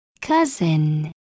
Cousin